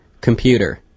computer